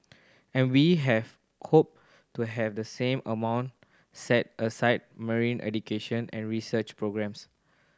and we have hoped to have the same amount set aside marine education and research programmes